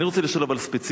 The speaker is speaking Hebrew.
אני רוצה לשאול ספציפית,